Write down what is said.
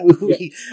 movie